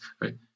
right